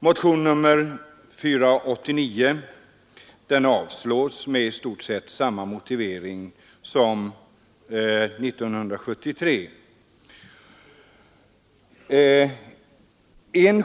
Motionen 489 avstyrks med i stort sett samma motivering som 1973 års motion.